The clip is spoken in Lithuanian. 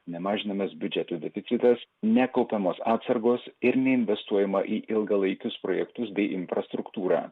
nemažinamas biudžeto deficitas nekaupiamos atsargos ir neinvestuojama į ilgalaikius projektus bei infrastruktūrą